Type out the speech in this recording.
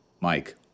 Mike